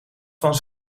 van